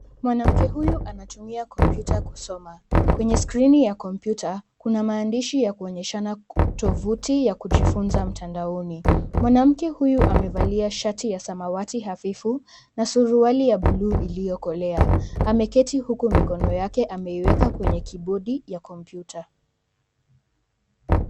Mwanamke huyu anatumia kompyuta kusoma. Kwenye skrini ya kompyuta kuna maandishi ya kuonyeshana tovuti ya kujifunza mtandaoni. Mwanamke huyu amevalia shati ya samawati hafifu na suruali ya buluu iliyokolea. Ameketi huku mikono yake ameiweka kwenye kibodi ya kompyuta.